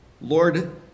Lord